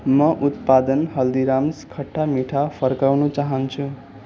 म उत्पादन हल्दीराम्स खट्टा मिठा फर्काउन चाहन्छु